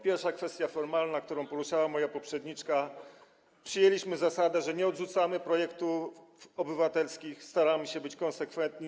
Pierwsza kwestia formalna, którą poruszała moja poprzedniczka: przyjęliśmy zasadę, że nie odrzucamy projektów obywatelskich, staramy się być konsekwentni.